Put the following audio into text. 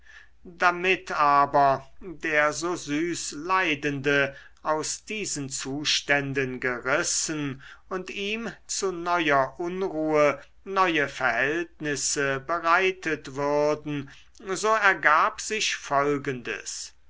damit aber der so süß leidende aus diesen zuständen gerissen und ihm zu neuer unruhe neue verhältnisse bereitet würden so ergab sich folgendes